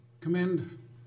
commend